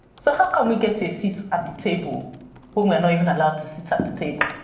so how can we get a seat at the table when we're not even allowed to sit at the table?